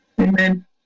Amen